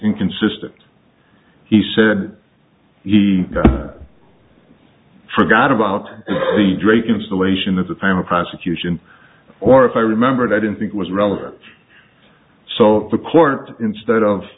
inconsistent he said he forgot about the drake installation that if i'm a prosecution or if i remembered i didn't think it was relevant so the court instead of